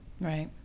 right